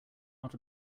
not